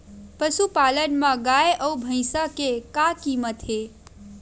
पशुपालन मा गाय अउ भंइसा के का कीमत हे?